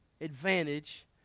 Advantage